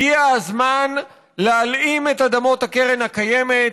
הגיע הזמן להלאים את אדמות קרן הקיימת,